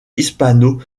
hispano